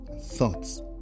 thoughts